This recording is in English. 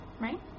right